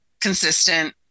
consistent